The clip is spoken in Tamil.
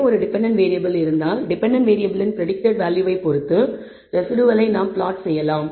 ஒரே ஒரு டிபெண்டன்ட் வேறியபிள் இருந்தால் டிபெண்டன்ட் வேறியபிளின் பிரடிக்டட் வேல்யூவை பொறுத்து ரெஸிடுவலை நாம் பிளாட் செய்யலாம்